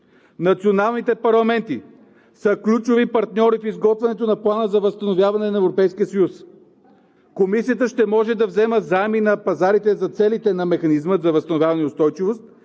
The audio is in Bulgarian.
Националните парламенти са ключови партньори в изготвянето на плана за възстановяване на Европейския съюз. Комисията ще може да взема заеми на пазарите за целите на Механизма за възстановяване и устойчивост